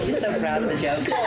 proud of the joke.